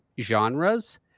genres